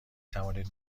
توانید